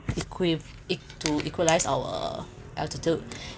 equipped it to equalize our altitude